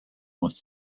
with